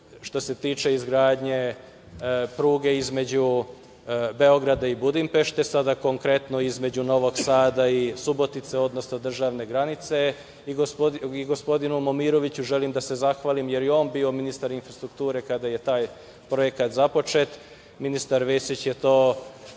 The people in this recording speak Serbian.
što se tiče izgradnje pruge između Beograda i Budimpešte, sada konkretno između Novog Sada i Subotice, odnosno državne granice. I gospodinu Momiroviću želim da se zahvalim, jer je on bio ministar infrastrukture kada je taj projekat započet, ministar Vesić je to